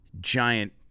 giant